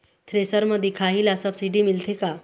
Thresher म दिखाही ला सब्सिडी मिलथे का?